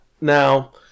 Now